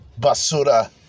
basura